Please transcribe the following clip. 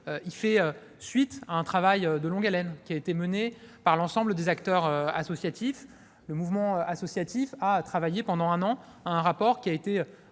fait suite à un travail de longue haleine mené par l'ensemble des acteurs associatifs. Le Mouvement associatif a travaillé pendant un an à un rapport qui a été